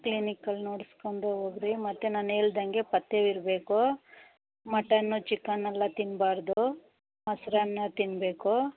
ಕ್ಲಿನಿಕ್ಕಲ್ಲಿ ನೋಡಿಸ್ಕೊಂಡು ಹೋಗ್ರಿ ಮತ್ತು ನಾನು ಹೇಳ್ದಂಗೆ ಪಥ್ಯ ಇರಬೇಕು ಮಟನ್ನು ಚಿಕನ್ನೆಲ್ಲ ತಿನ್ನಬಾರ್ದು ಮೊಸರನ್ನ ತಿನ್ನಬೇಕು